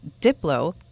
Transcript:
Diplo